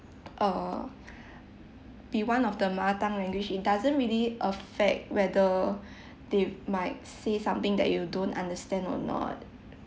err be one of the mother tongue language it doesn't really affect whether they might say something that you don’t understand or not